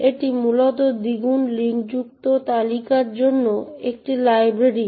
এটি মূলত দ্বিগুণ লিঙ্কযুক্ত তালিকার জন্য একটি লাইব্রেরি